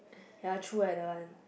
ya true eh that one